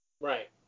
Right